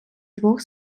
двох